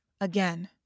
Again